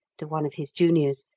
to one of his juniors,